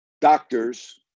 doctors